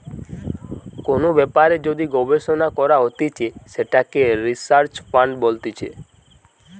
কোন ব্যাপারে যদি গবেষণা করা হতিছে সেটাকে রিসার্চ ফান্ড বলতিছে